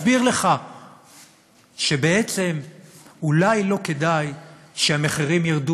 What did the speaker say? מתחיל להסביר לך שבעצם אולי לא כדאי שהמחירים ירדו